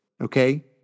Okay